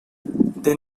they